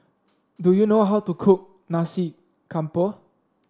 do you know how to cook Nasi Campur